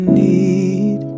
need